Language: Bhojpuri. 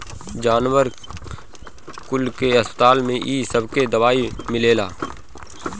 जानवर कुल के अस्पताल में इ सबके दवाई मिलेला